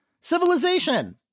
civilization